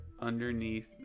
underneath